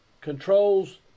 Controls